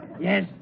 Yes